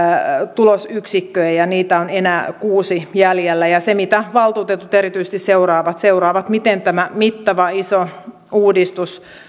tulosyksikköjä ja niitä on enää kuudella jäljellä se mitä valtuutetut erityisesti seuraavat on miten tämä mittava iso uudistus